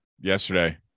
yesterday